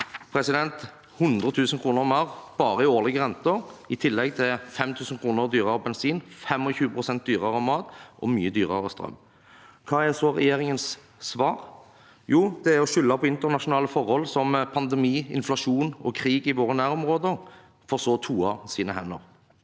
Det er 100 000 kr mer bare i årlige renter i tillegg til 5 000 kr dyrere bensin, 25 pst. dyrere mat og mye dyrere strøm. Hva er så regjeringens svar? Jo, det er å skylde på internasjonale forhold som pandemi, inflasjon og krig i våre nærområder, for så å toe sine hender.